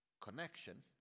connection